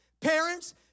Parents